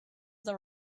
the